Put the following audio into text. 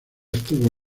estuvo